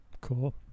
Cool